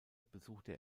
besuchte